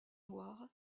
noir